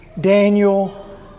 Daniel